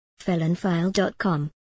felonfile.com